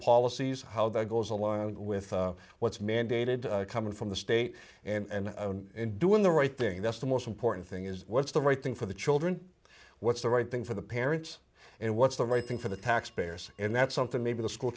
policies how that goes along with what's mandated coming from the state and in doing the right thing that's the most important thing is what's the right thing for the children what's the right thing for the parents and what's the right thing for the taxpayers and that's something maybe the school